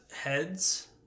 heads